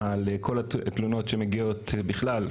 על כל התלונות שמגיעות בכלל,